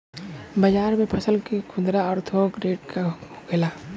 बाजार में फसल के खुदरा और थोक रेट का होखेला?